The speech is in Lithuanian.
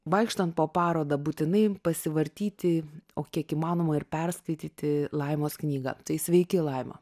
vaikštant po parodą būtinai pasivartyti o kiek įmanoma ir perskaityti laimos knygą tai sveiki laima